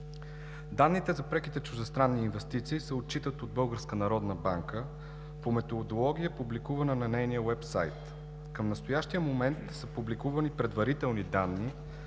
данните за преките чуждестранни инвестиции се отчитат от Българска народна банка по методология, публикувана на нейния уебсайт. Към настоящия момент са публикувани предварителни данни